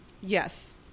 Yes